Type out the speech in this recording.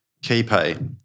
KeyPay